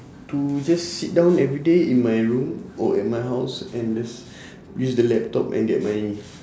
to just sit down everyday in my room or at my house and just use the laptop and get money